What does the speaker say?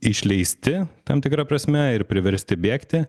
išleisti tam tikra prasme ir priversti bėgti